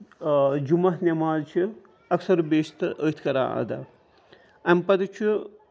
آ جمعہ نیماز چھِ اَکثر بیشتر أتھۍ کران اَدا اَمہِ پَتہٕ چھُ